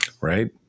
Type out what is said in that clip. Right